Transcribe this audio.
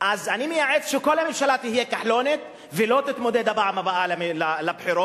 אז אני מייעץ שכל הממשלה תהיה כחלונית ולא תתמודד בפעם הבאה לבחירות,